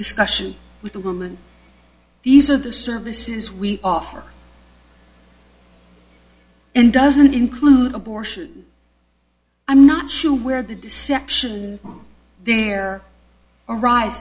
discussion with a woman these are the services we offer and doesn't include abortion i'm not sure where the deception there ari